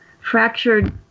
fractured